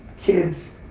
kids,